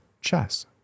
chess